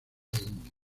indio